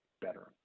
better